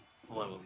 Slowly